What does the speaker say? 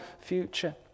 future